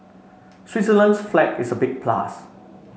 Switzerland's flag is a big plus